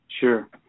Sure